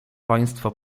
państwo